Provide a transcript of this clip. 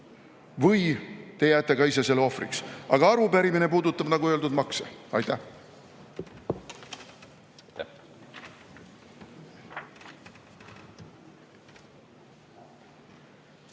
või te jääte ka ise selle ohvriks. Aga arupärimine puudutab, nagu öeldud, makse. Aitäh!